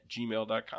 gmail.com